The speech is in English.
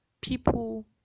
people